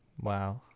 Wow